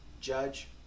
judge